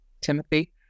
Timothy